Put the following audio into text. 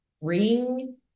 ring